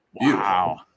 Wow